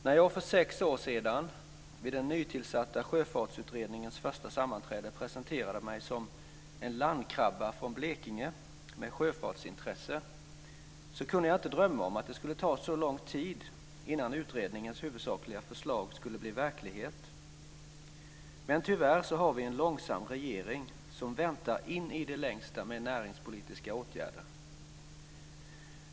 När jag för sex år sedan, vid den nytillsatta Sjöfartsutredningens första sammanträde, presenterade mig som kunde jag inte drömma om att det skulle ta så lång tid innan utredningens huvudsakliga förslag skulle bli verklighet. Men tyvärr har vi en långsam regering, som väntar in i det längsta med näringspolitiska åtgärder.